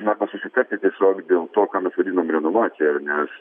arba susitarti tiesiog dėl to ką mes vadinam renovacija nes